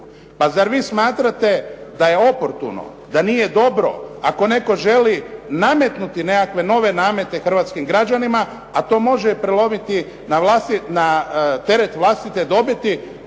Pa zar vi smatrate da je oportuno, da nije dobro ako netko želi nametnuti nekakve nove namete hrvatskim građanima, a to može prelomiti na teret vlastite dobiti?